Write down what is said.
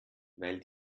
weil